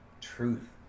Truth